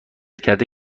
کرده